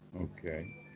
Okay